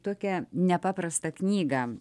tokią nepaprastą knygą